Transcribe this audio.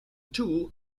tool